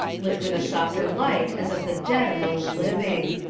lit with a softer light as of the dead among the living.